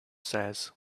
says